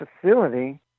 facility